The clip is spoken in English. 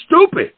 stupid